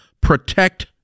Protect